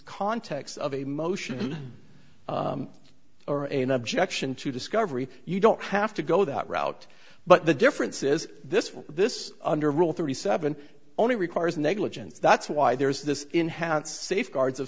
context of a motion or an objection to discovery you don't have to go that route but the difference is this this under rule thirty seven only requires negligence that's why there is this enhanced safeguards of